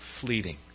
fleeting